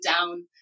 down